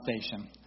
station